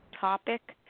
topic